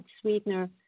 sweetener